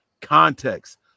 context